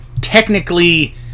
technically